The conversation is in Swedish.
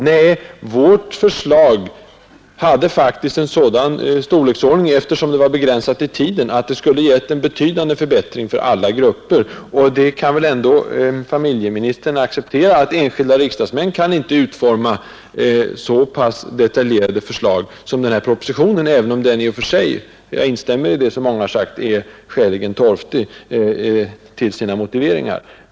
Jo, vårt förslag hade faktiskt en sådan storleksordning, eftersom det var begränsat till tiden, att det skulle ha gett en betydande förbättring för alla grupper. Och familjeministern kan väl acceptera att enskilda riksdagsmän inte har möjlighet att utforma så detaljerade förslag som den här propositionen, även om den i och för sig — jag instämmer i det som många har sagt — är skäligen torftig till sina motiveringar.